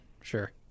sure